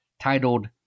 titled